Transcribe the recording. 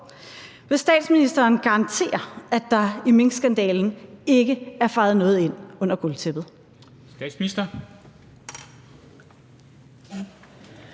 Vil statsministeren garantere, at der i minkskandalen ikke er fejet noget ind under gulvtæppet?